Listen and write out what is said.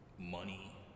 Money